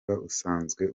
usanzwe